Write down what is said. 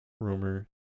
rumor